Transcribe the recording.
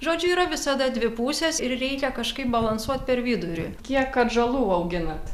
žodžiu yra visada dvi pusės ir reikia kažkaip balansuot per vidurį kiek atžalų auginat